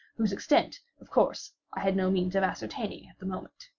whose extent, of course, i had no means of ascertaining at the moment.